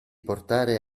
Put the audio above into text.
portare